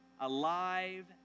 Alive